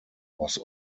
was